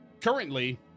currently